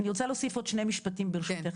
אני רוצה להוסיף עוד שני משפטים ברשותך.